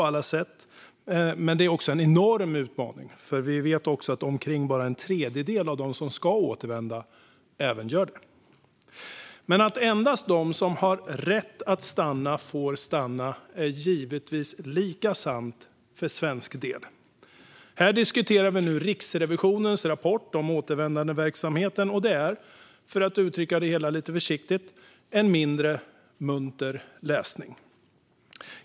Det är dock också en enorm utmaning, för vi vet att bara omkring en tredjedel av de som ska återvända även gör det. Att endast de som har rätt att stanna får stanna är dock givetvis lika sant för svensk del. Här diskuterar vi nu Riksrevisionens rapport om återvändandeverksamheten, och det är en mindre munter läsning, för att uttrycka det hela försiktigt.